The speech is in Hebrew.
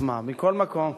בישראל,